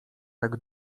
tak